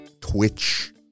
Twitch